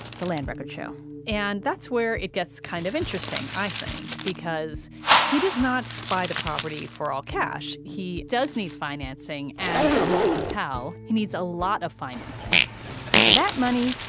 the land records show and that's where it gets kind of interesting, i think, because he does not buy the property for all cash. he does need financing. and from what we can tell, he needs a lot of financing and for that money,